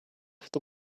world